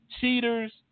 cheaters